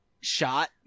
shot